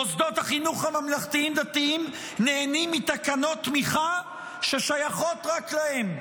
מוסדות החינוך הממלכתיים-דתיים נהנים מתקנות תמיכה ששייכות רק להם.